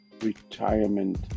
retirement